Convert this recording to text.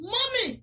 Mommy